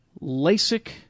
LASIK